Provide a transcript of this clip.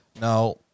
Now